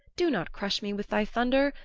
do not crush me with thy thunder.